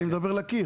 אני מדבר לקיר.